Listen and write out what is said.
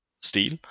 steel